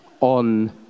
on